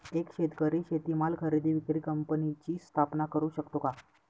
एक शेतकरी शेतीमाल खरेदी विक्री कंपनीची स्थापना करु शकतो का?